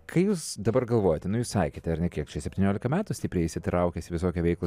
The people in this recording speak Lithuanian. ką jūs dabar galvojate nu jūs sakėte ar ne kiek čia septyniolika metų stipriai įsitraukęs į visokią veiklą